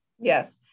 Yes